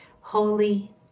Holy